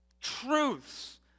truths